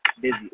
busy